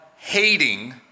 hating